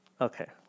Okay